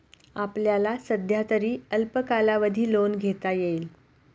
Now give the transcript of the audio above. आपल्याला सध्यातरी अल्प कालावधी लोन घेता येईल